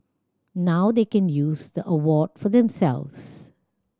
now they can use the award for themselves